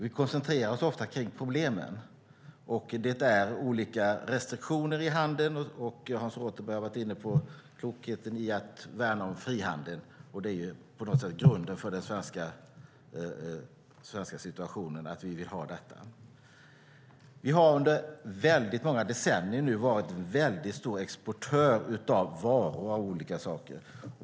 Vi koncentrerar oss ofta kring problemen, och det är olika restriktioner i handeln. Hans Rothenberg har varit inne på klokheten i att värna om frihandeln, och det är grunden för den svenska situationen att vi vill ha detta. Vi har under många decennier varit en stor exportör av varor av olika slag.